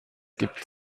gibt